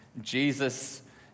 Jesus